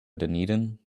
dunedin